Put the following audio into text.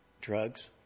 Drugs